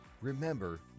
Remember